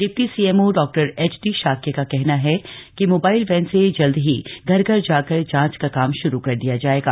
deputy CMO Dr H D Shakya का कहना है मोबाइल वैन से जल्द ही घर घर जाकर जांच का काम शुरू कर दिया जाएगा